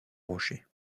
rocher